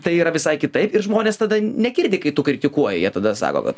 tai yra visai kitaip ir žmonės tada negirdi kai tu kritikuoji jie tada sako kad